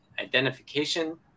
identification